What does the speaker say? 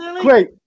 Great